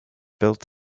built